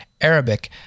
Arabic